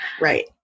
Right